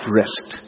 rest